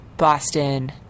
Boston